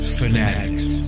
fanatics